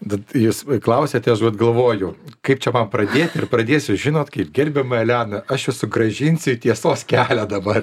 bet jūs klausiate aš vat galvoju kaip čia man pradėti ir pradėsiu žinot kaip gerbiama elena aš jus sugrąžinsiu į tiesos kelią dabar